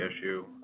issue